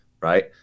right